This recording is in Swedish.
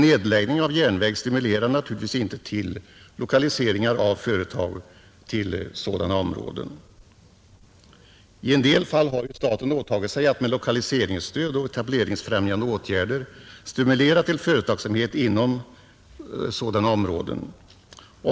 Nedläggning av en järnväg stimulerar naturligtvis inte till lokaliseringar av företag till de områden som berörs. I en del fall har staten åtagit sig att med lokaliseringsstöd och etableringsfrämjande åtgärder stimulera till företagsamhet i dessa områden.